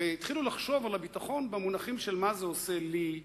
והתחילו לחשוב על הביטחון במונחים של מה זה עושה לי,